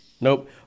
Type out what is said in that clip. nope